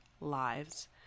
lives